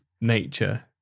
nature